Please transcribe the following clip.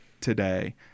today